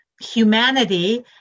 humanity